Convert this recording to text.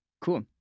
Cool